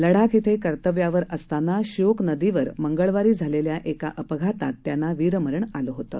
लडाख श्विं कर्तव्यावर असताना श्योक नदीवर मंगळवारी झालेल्या एका अपघातात त्यांना वीरमरण आलं होतं